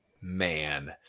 Man